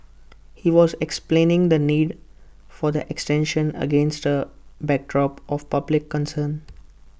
he was explaining the need for the extension against A backdrop of public concern